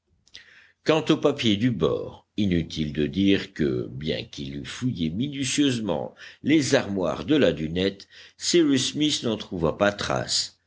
quant aux papiers du bord inutile de dire que bien qu'il eût fouillé minutieusement les armoires de la dunette cyrus smith n'en trouva pas trace